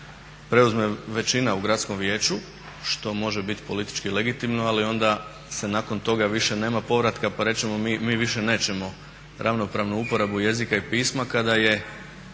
preuzme većina u Gradskom vijeću što može biti politički legitimno, ali onda se nakon toga više nema povratka pa reći mi više nećemo ravnopravnu uporabu jezika i pisma kada su